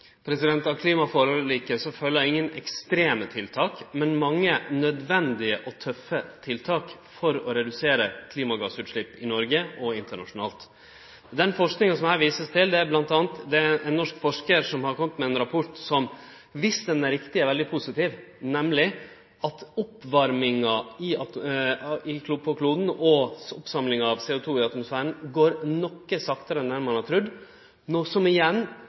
Av klimaforliket følgjer det ikkje nokon ekstreme tiltak, men mange nødvendige og tøffe tiltak for å redusere klimagassutslepp i Noreg og internasjonalt. Den forskinga som det vert vist til her, er bl.a. ein norsk forskar som har kome med ein rapport som, dersom han er riktig, er veldig positiv, nemleg at oppvarminga på kloden og oppsamlinga av CO2 i atmosfæren går noko saktare enn det ein har trudd, noko som igjen